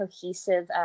cohesive